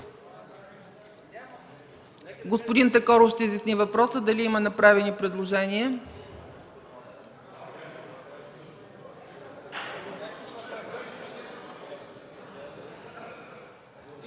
Господин Такоров ще изясни въпроса дали има направени предложения.